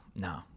No